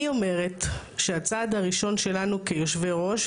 אני אומרת שהצעד הראשון שלנו כיושבי ראש,